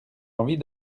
envie